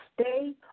stay